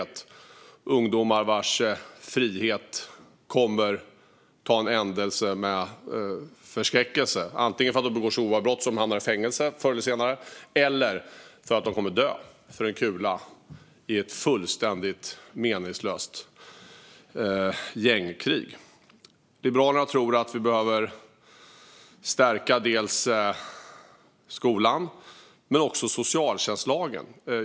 Det är ungdomar vars frihet kommer att ta en ände med förskräckelse, antingen för att de begår så grova brott att de förr eller senare hamnar i fängelse eller för att de dör för en kula i ett fullständigt meningslöst gängkrig. Liberalerna tror att vi behöver stärka skolan men också socialtjänstlagen.